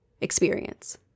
experience